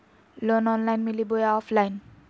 Loan online मिली बोया offline?